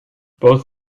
both